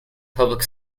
public